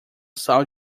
sal